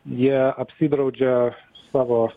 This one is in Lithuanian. jie apsidraudžia savo